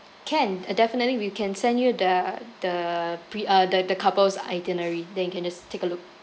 can uh definitely we can send you the the pre uh the the couple's itinerary then you can just take a look